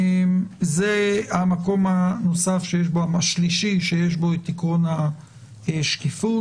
זה המקום השלישי שיש בו עיקרון השקיפות.